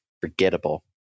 forgettable